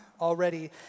already